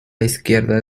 izquierda